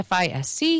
FISC